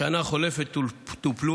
בשנה החולפת טופלו